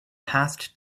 past